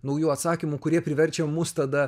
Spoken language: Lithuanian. naujų atsakymų kurie priverčia mus tada